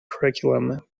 curriculum